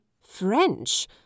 French